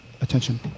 attention